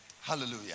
Hallelujah